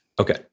okay